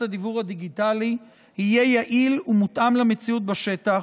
הדיוור הדיגיטלי יהיה יעיל ומותאם למציאות בשטח,